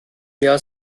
jahr